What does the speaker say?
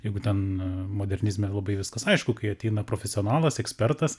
jeigu ten modernizme labai viskas aišku kai ateina profesionalas ekspertas